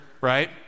right